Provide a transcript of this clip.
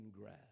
grass